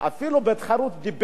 אפילו בתחרות הדִיבייט